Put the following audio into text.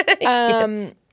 Yes